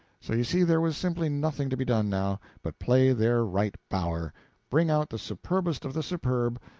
so you see there was simply nothing to be done now, but play their right bower bring out the superbest of the superb,